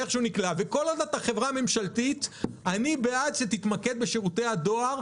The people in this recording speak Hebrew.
כל עוד אתה חברה ממשלתית אני בעד שתתמקד בשירותי הדואר,